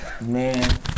man